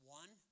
one